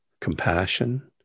compassion